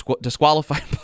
disqualified